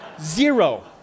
Zero